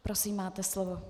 Prosím, máte slovo.